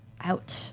out